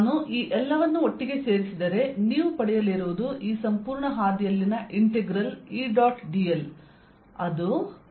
ನಾನು ಈ ಎಲ್ಲವನ್ನು ಒಟ್ಟಿಗೆ ಸೇರಿಸಿದರೆ ನೀವು ಪಡೆಯಲಿರುವುದು ಈ ಸಂಪೂರ್ಣ ಹಾದಿಯಲ್ಲಿನ ಇಂಟೆಗ್ರಲ್ E